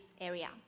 area